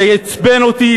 זה עצבן אותי,